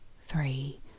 three